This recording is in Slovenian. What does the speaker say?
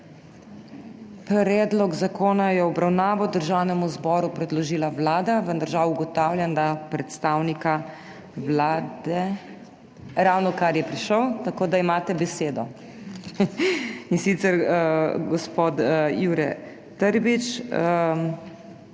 Predlog zakona je v obravnavo Državnemu zboru predložila Vlada, vendar žal ugotavljam, da predstavnika Vlade … Ravnokar je prišel, tako da imate besedo. Gospod Jure Trbič,